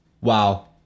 Wow